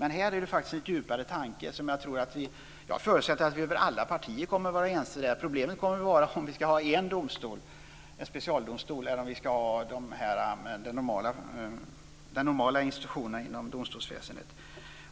Men här är det faktiskt en djupare tanke där jag förutsätter att alla partier kommer att vara ense. Problemet kommer att vara om vi ska ha en specialdomstol eller de normala institutionerna inom domstolsväsendet.